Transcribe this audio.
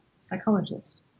psychologist